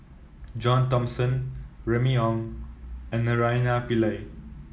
John Thomson Remy Ong and Naraina Pillai